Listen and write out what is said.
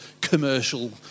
commercial